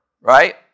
right